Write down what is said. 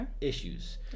issues